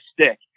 stick